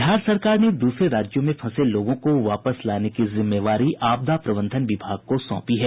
बिहार सरकार ने दूसरे राज्यों में फंसे लोगों को वापस लाने की जिम्मेवारी आपदा प्रबंधन विभाग को सौंपी है